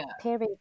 period